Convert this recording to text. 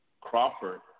Crawford